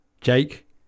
jake